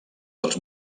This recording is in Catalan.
dels